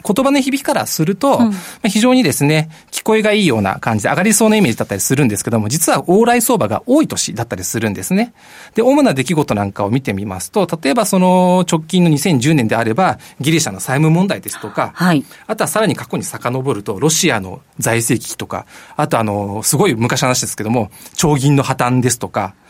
言葉の響きからすると、うん。まあ、非常にですね、聞こえがいいような感じで上がりそうなイメージだったりするんですけども、実は往来相場が多い年だったりするんですね。で、主な出来事なんかを見てみますと、例えばその直近の2010年であれば、ギリシャの債務問題ですとか、はい。あとはさらに過去に遡ると、ロシアの財政危機とか、あとあの、すごい昔の話ですけども、長銀の破綻ですとか、